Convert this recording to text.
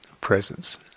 presence